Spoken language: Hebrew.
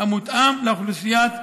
המותאם לאוכלוסיית המתנדבים.